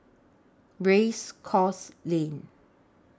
Race Course Lane